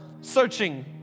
searching